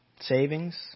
savings